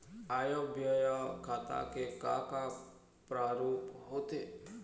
आय व्यय खाता के का का प्रारूप होथे?